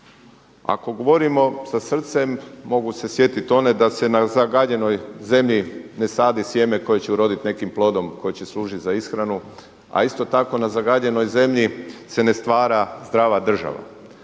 Ako govorimo sa srcem mogu se sjetiti one, da se na zagađenoj zemlji ne sadi sjeme koje će uraditi nekim plodom koje će služiti za ishranu, a isto tako na zagađenoj zemlji se ne stvara zdrava država.